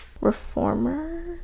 reformer